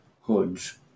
hoods